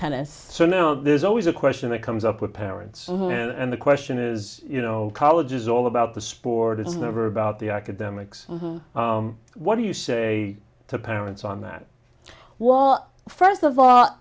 tennis so now there's always a question that comes up with parents and the question is you know college is all about the sport it's never about the academics what do you say to parents on that wall first of all